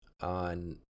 on